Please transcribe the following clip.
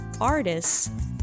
artists